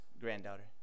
granddaughter